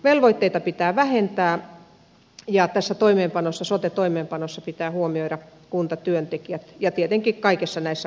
velvoitteita pitää vähentää ja tässä sote toimeenpanossa pitää huomioida kuntatyöntekijät ja tietenkin kaikissa näissä muutoksissa